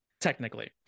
technically